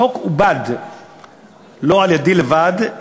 החוק עובד לא על-ידי לבד,